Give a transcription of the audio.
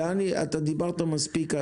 דני, אתה דיברת מספיק.